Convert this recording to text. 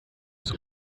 des